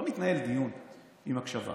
לא מתנהל דיון עם הקשבה,